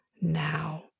now